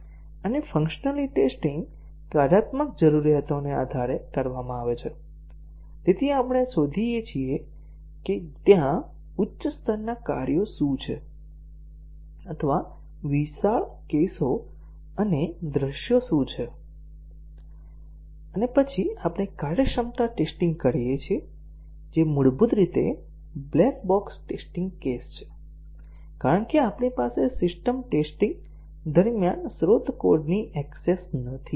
અને functionally testing કાર્યાત્મક જરૂરિયાતોને આધારે કરવામાં આવે છે તેથી આપણે શોધી કાીએ છીએ કે ત્યાં ઉચ્ચ સ્તરના કાર્યો શું છે અથવા વિશાળ કેસો અને દૃશ્યો શું છે અને પછી આપણે કાર્યક્ષમતા ટેસ્ટીંગ કરીએ છીએ જે મૂળભૂત રીતે બ્લેક બોક્સ ટેસ્ટીંગ કેસ છે કારણ કે આપણી પાસે સિસ્ટમ ટેસ્ટીંગ દરમિયાન સ્રોત કોડની એક્સેસ નથી